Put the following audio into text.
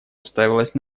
уставилась